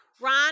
Ron